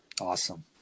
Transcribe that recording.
awesome